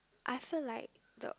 I feel like the